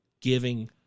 giving